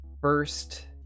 first